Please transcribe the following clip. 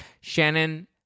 Shannon